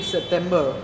September